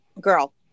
girl